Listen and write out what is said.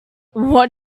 what